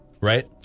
right